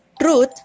truth